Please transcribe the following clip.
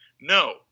No